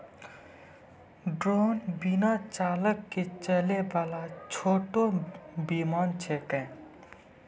drone बिना चालक के चलै वाला छोटो विमान छेकै